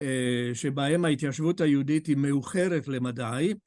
שבהם ההתיישבות היהודית היא מאוחרת למדי.